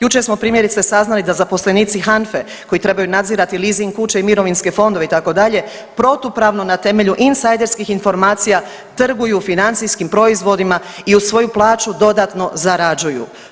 Jučer smo primjerice saznali da zaposlenici HANFE koji trebaju nadzirati leasing kuće i mirovinske fondove itd., protupravno na temelju insajderskih informacija trguju financijskim proizvodima i uz svoju plaću dodatno zarađuju.